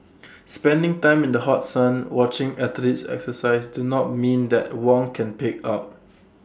spending time in the hot sun watching athletes exercise do not mean that Wong can pig out